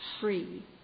free